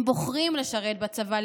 הם בוחרים לשרת בצבא,